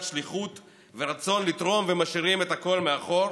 שליחות ורצון לתרום ומשאירים הכול מאחור,